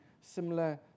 similar